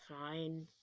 fine